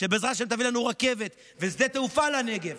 שבעזרת השם תביא לנו רכבת ושדה תעופה לנגב.